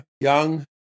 young